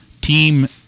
team